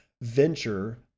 Venture